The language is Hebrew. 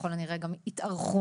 וככל הנראה גם יתארכו,